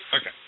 Okay